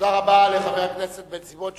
תודה רבה לחבר הכנסת בן-סימון,